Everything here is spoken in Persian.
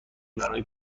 برای